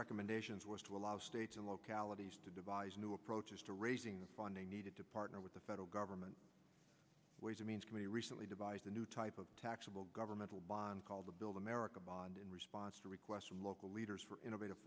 recommendations was to allow states and localities to devise new approaches to raising the funding needed to partner with the federal government ways and means committee recently devised a new type of taxable governmental body called the build america bond in response to requests from local leaders for innovative